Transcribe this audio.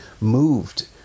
moved